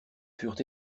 furent